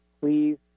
Please